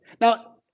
Now